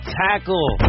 tackle